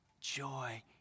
joy